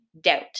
doubt